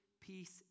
peace